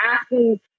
asking